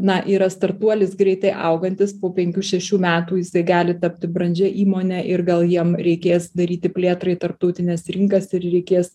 na yra startuolis greitai augantis po penkių šešių metų jisai gali tapti brandžia įmone ir gal jiem reikės daryti plėtrą į tarptautines rinkas ir reikės